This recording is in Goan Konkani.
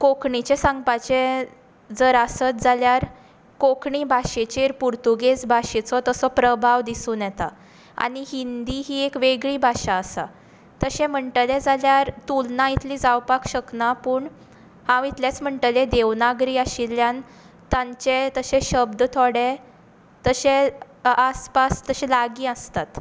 कोंकणीचें सांगपाचें जर आसत जाल्यार कोंकणी भाशेचेर पुर्तुगेज भाशेचो तसो प्रभाव दिसून येता आनी हिंदी ही एक वेगळी भाशा आसा तशें म्हणटले जाल्यार तुलना इतली जावपाक शकना पूण हांव इतलेंच म्हणटलें देवनागरी आशिल्ल्यान तांचे शब्द थोडे तशें आसपास तशे लागीं आसतात